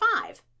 five